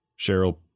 Cheryl